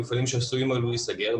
מפעלים שעלולים היום להיסגר,